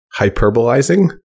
hyperbolizing